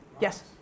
Yes